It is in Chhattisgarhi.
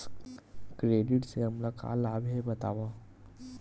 क्रेडिट से हमला का लाभ हे बतावव?